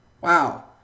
Wow